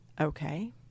Okay